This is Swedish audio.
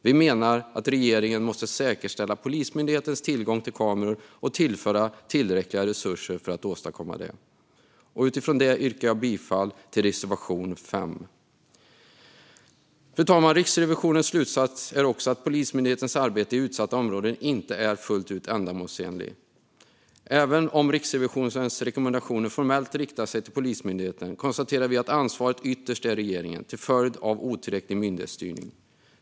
Vi menar att regeringen måste säkerställa Polismyndighetens tillgång till kameror och tillföra tillräckliga resurser för att åstadkomma det. Utifrån det yrkar jag bifall till reservation 5. Fru talman! Riksrevisionens slutsats är också att Polismyndighetens arbete i utsatta områden inte fullt ut är ändamålsenligt. Även om Riksrevisionens rekommendationer formellt riktar sig till Polismyndigheten konstaterar vi att ansvaret ytterst är regeringens, till följd av otillräcklig myndighetsstyrning.